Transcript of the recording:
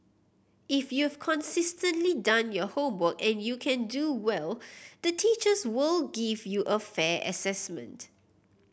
if you've consistently done your homework and you can do well the teachers will give you a fair assessment